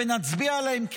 ונצביע עליהן,